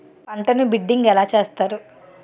పంటను బిడ్డింగ్ ఎలా చేస్తారు?